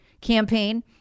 campaign